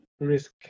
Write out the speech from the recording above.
Risk